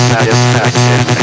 Satisfaction